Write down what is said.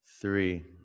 three